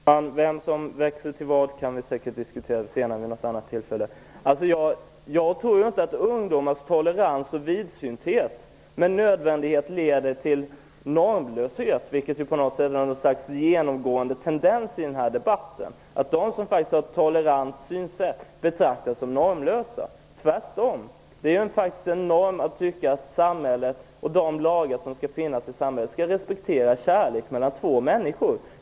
Herr talman! Vem som växer till i vad kan vi säkert diskutera vid något annat tillfälle. Jag tror inte att ungdomars tolerans och vidsynthet med nödvändighet leder till normlöshet, vilket är något slags genomgående tendens i denna debatt. De som har ett tolerant synsätt betraktas som normlösa. Jag menar att det tvärtom är en norm att tycka att samhället och de lagar som skall finnas i samhället skall respektera kärlek mellan två människor.